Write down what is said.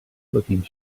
looking